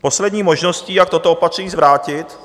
Poslední možností, jak toto opatření zvrátit,